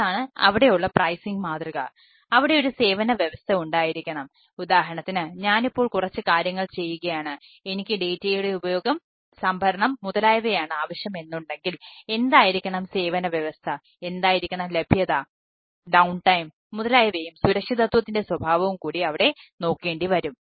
അതാണ് അവിടെയുള്ള പ്രൈസിങ് മുതലായവയും സുരക്ഷിതത്വത്തിൻറെ സ്വഭാവവും കൂടി അവിടെ നോക്കേണ്ടിവരും